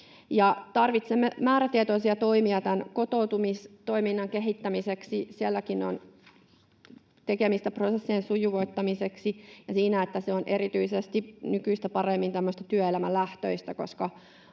Tarvitsemme määrätietoisia toimia kotoutumistoiminnan kehittämiseksi. Sielläkin on tekemistä prosessien sujuvoittamiseksi ja siinä, että se on erityisesti nykyistä paremmin työelämälähtöistä,